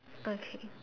okay